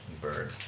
bird